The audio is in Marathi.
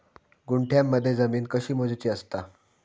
गुंठयामध्ये जमीन कशी मोजूची असता?